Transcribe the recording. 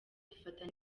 dufata